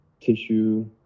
tissue